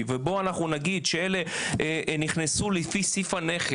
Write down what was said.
ואני מקווה שזה אכן לא יקרה.